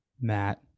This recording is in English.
Matt